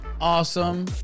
awesome